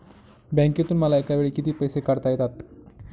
बँकेतून मला एकावेळी किती पैसे काढता येतात?